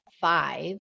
five